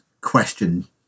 question